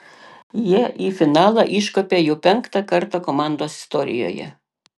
jie į finalą iškopė jau penktą kartą komandos istorijoje